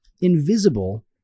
invisible